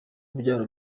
kubyara